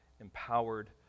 empowered